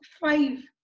five